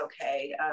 okay